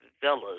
villas